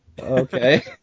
Okay